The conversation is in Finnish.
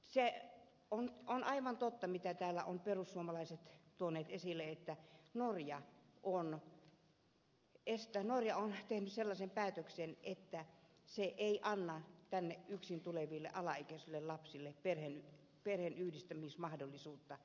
se on aivan totta mitä täällä ovat perussuomalaiset tuoneet esille että norja on tehnyt sellaisen päätöksen että se ei anna tänne yksin tuleville alaikäisille lapsille perheenyhdistämismahdollisuutta